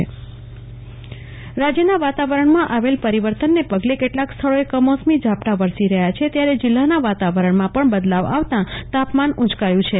કુલ્પના શાહ હવામાન રાજ્યના વાતાવરણમાં આવેલ પરિવર્તનને પગલે કેટલાક સ્થળોએ કમોસમી ઝાપટા વરસી રહ્યા છે ત્યારે જીલ્લાના વાતાવરણમાં પણ બદલાવ આવતા તાપમાન ઉચકાયું છે